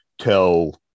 tell